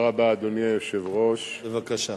אדוני היושב-ראש, תודה רבה.